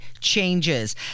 changes